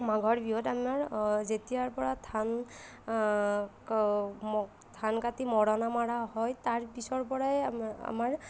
মাঘৰ বিহুত আমাৰ যেতিয়াৰ পৰাই ধান ধান কাটি মৰণা মৰা হয় তাৰ পিছৰ পৰাই আমাৰ